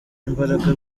imbaraga